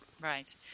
Right